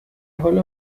حال